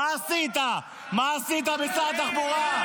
מה עשית במשרד התחבורה?